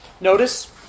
Notice